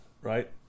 right